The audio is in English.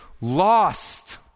lost